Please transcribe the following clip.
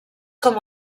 com